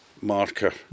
marker